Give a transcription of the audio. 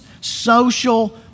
social